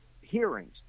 hearings